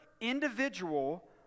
individual